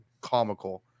comical